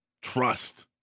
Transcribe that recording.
trust